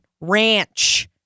RANCH